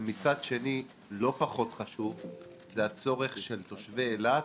ומצד שני, לא פחות חשוב הוא הצורך של תושבי אילת